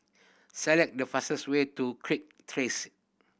select the fastest way to Kirk Terrace